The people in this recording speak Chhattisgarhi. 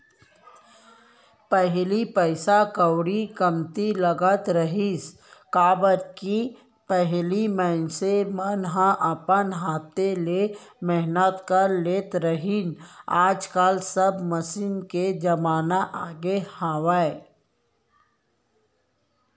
पहिली पइसा कउड़ी कमती लगत रहिस, काबर कि पहिली मनसे मन ह अपन हाथे ले मेहनत कर लेत रहिन आज काल सब मसीन के जमाना आगे हावय